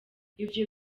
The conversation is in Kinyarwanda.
ivyo